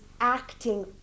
acting